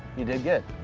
you did good.